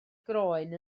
groen